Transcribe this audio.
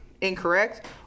incorrect